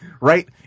right